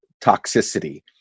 toxicity